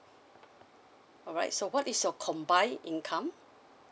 alright so what is your combined income